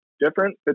different